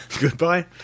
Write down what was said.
Goodbye